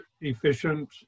efficient